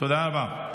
תודה רבה.